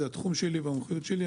זה התחום שלי והמומחיות שלי.